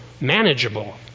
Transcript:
manageable